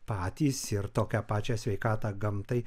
patys ir tokią pačią sveikatą gamtai